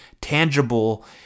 tangible